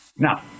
Now